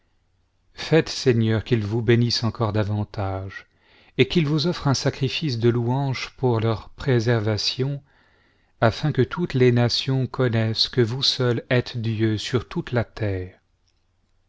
faites seigneur qu'ils vous bénissent encore davantage et qu'ils vous offrent un sacrifice de louange pour leur préservation afin que toutes les nations connaissent que vous seul êtes dieu sur toute la terre